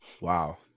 Wow